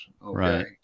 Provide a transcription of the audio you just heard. Right